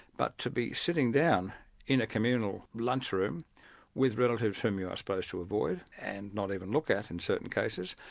but to be sitting down in a communal lunch-room with relatives whom you are supposed to avoid and not even look at in certain cases,